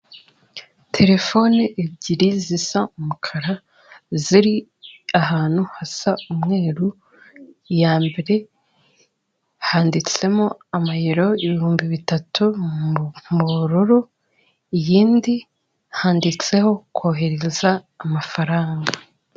Terefone ebyiri zisa umukara ziri ahantu hasa umweru, iya mbere handitsemo amayero ibihumbi bitatu mu bururu, iyindi handitseho kohereza amafaranga.